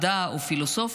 מדע או פילוסופיה,